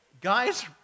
Guys